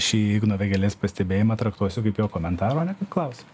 šį igno vėgėlės pastebėjimą traktuosiu kaip jo komentarą o ne kaip klausimą